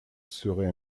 serait